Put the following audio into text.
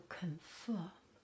confirm